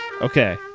Okay